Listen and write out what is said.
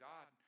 God